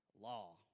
law